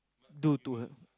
do to her